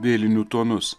vėlinių tonus